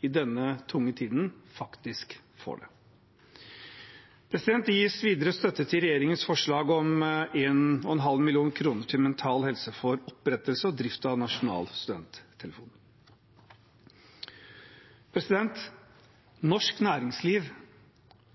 i denne tunge tiden, faktisk får det. Det gis videre støtte til regjeringens forslag om 1,5 mill. kr til Mental Helse for opprettelse og drift av en nasjonal studenttelefon. Norsk næringsliv